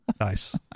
Nice